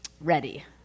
Ready